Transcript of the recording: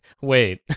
Wait